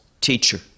teacher